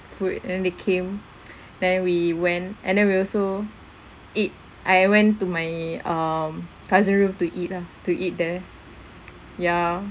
food and then they came then we went and then we also eat I went to my um cousin room to eat lah to eat there ya